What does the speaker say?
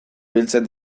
biltzen